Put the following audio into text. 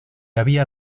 había